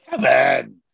Kevin